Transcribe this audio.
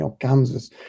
Kansas